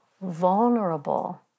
vulnerable